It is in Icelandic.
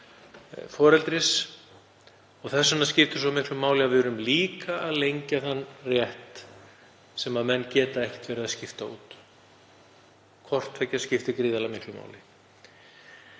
foreldris. Þess vegna skiptir svo miklu að við erum líka að lengja þann rétt sem menn geta ekki verið að skipta út. Hvort tveggja skiptir gríðarlegu miklu máli.